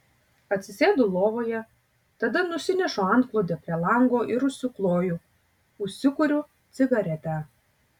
atsisėdu lovoje tada nusinešu antklodę prie lango ir užsikloju užsikuriu cigaretę